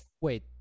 Wait